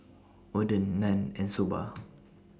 Oden Naan and Soba